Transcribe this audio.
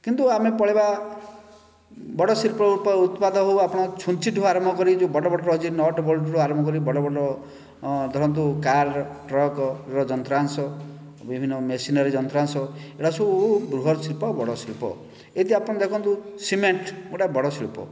କିନ୍ତୁ ଆମେ ପଳେଇବା ବଡ଼ ଶିଳ୍ପର ଉତ୍ପାଦ ହେଉ ଆପଣଙ୍କର ଛୁଞ୍ଚିଠାରୁ ଆରମ୍ଭ କରି ଯେଉଁ ବଡ଼ ବଡ଼ ରହିଛି ନଟବୋଲ୍ଟ ଠାରୁ ଆରମ୍ଭ କରି ବଡ଼ ବଡ଼ ଧରନ୍ତୁ କାର ଟ୍ରକର ଯନ୍ତ୍ରାଂଶ ବିଭିନ୍ନ ମେସିନାରି ଯନ୍ତ୍ରାଂଶ ଏଗୁଡ଼ାକ ସବୁ ବୃହତ ଶିଳ୍ପ ବଡ଼ଶିଳ୍ପ ଏଇତି ଆପଣ ଦେଖନ୍ତୁ ସିମେଣ୍ଟ ଗୋଟିଏ ବଡ଼ ଶିଳ୍ପ